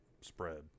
spread